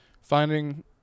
finding